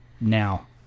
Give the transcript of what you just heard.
now